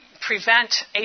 prevent